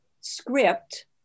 script